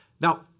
Now